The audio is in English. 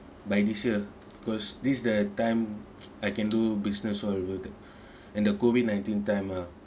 by this year because this the time I can do business so I'll go and take and the COVID nineteen time ah